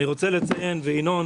ינון